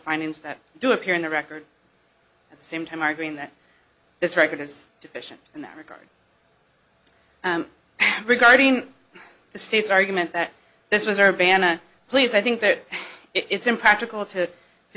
findings that do appear in the record at the same time arguing that this record is deficient in that regard regarding the state's argument that this was urbana please i think that it's impractical to